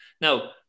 Now